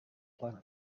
planet